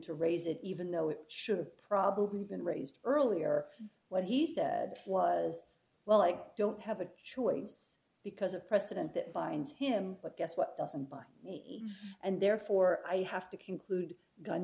to raise it even though it should have probably been raised earlier what he said was well liked don't have a choice because of precedent that binds him but guess what doesn't by and therefore i have to conclude gun